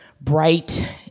bright